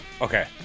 Okay